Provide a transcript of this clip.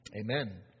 amen